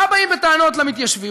מה באים בטענות למתיישבים?